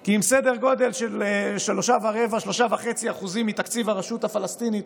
כי אם סדר גודל של 3.5% מתקציב הרשות הפלסטינית